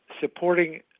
supporting